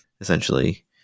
essentially